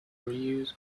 reuse